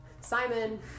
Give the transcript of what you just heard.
Simon